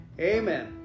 Amen